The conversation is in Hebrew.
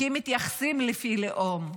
כי מתייחסים לפי לאום,